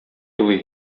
елый